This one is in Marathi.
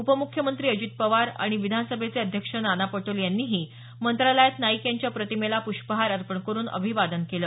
उपम्रख्यमंत्री अजित पवार आणि विधानसभेचे अध्यक्ष नाना पटोले यांनीही मंत्रालयात नाईक यांच्या प्रतिमेला पृष्पहार अर्पण करून अभिवादन केलं